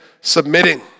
submitting